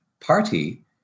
party